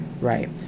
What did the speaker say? right